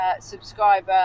subscriber